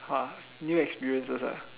!wah! new experiences ah